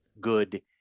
good